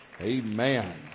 Amen